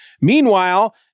Meanwhile